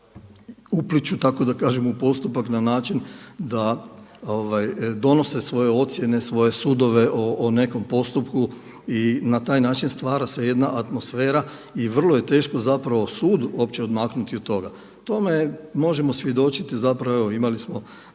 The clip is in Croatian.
upliću tako da kažem u postupak na način da donose svoje ocjene, svoje sudove o nekom postupku i na taj način stvara se jedna atmosfera i vrlo je teško zapravo sudu uopće odmaknuti od toga. Tome možemo svjedočiti, zapravo evo imali smo